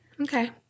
Okay